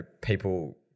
people